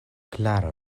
klaro